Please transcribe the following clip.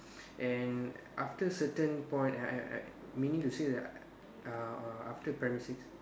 and after certain point I I meaning to say that I uh after primary six